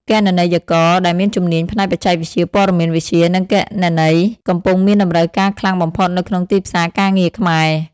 គណនេយ្យករដែលមានជំនាញផ្នែកបច្ចេកវិទ្យាព័ត៌មានវិទ្យា និងគណនេយ្យ កំពុងមានតម្រូវការខ្លាំងបំផុតនៅក្នុងទីផ្សារការងារខ្មែរ។